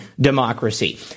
democracy